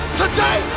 today